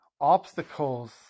obstacles